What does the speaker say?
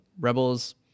Rebels